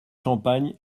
campagne